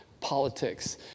politics